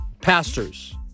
pastors